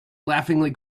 laughingly